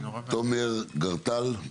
תומר גרטל.